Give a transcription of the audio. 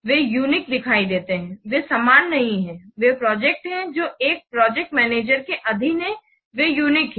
वे unique दिखाई देते हैं वे समान नहीं हैं वे प्रोजेक्ट हैं जो एक प्रोजेक्ट मैनेजर के अधीन हैं वे यूनिक हैं